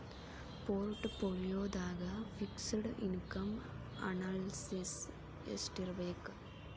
ಪೊರ್ಟ್ ಪೋಲಿಯೊದಾಗ fixed income analysis ಯೆಸ್ಟಿರ್ಬಕ್?